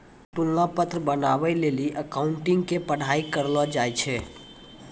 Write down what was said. तुलना पत्र बनाबै लेली अकाउंटिंग के पढ़ाई करलो जाय छै